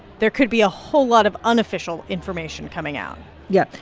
there could be a whole lot of unofficial information coming out yeah.